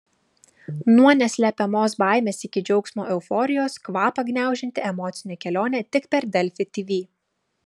nuo neslepiamos baimės iki džiaugsmo euforijos kvapą gniaužianti emocinė kelionė tik per delfi tv